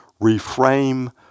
reframe